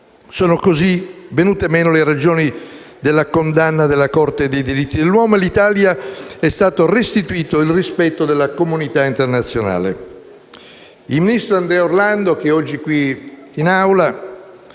Sono così venute meno le ragioni della condanna della Corte europea dei diritti dell'uomo e all'Italia è stato restituito il rispetto della comunità internazionale. Il ministro Andrea Orlando, che oggi è qui